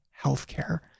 healthcare